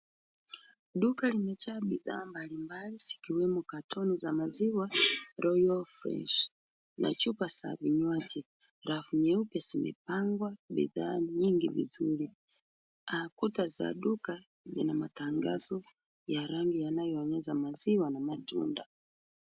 Duka limejaa bidhaa mbalimbali zikiwemo katoni za maziwa royal fresh na chupa za vinywaji. Rafu nyeupe zimepangwa bidhaa nyingi vizuri. Kuta za duka zina matangazo ya rangi yanayoonyesha maziwa na matunda.